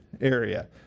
area